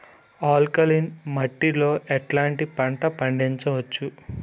Alkaline మట్టి లో ఎట్లాంటి పంట పండించవచ్చు,?